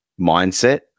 mindset